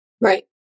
Right